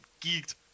geeked